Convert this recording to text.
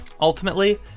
ultimately